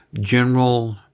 general